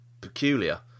peculiar